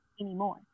anymore